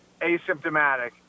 asymptomatic